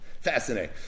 Fascinating